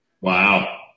Wow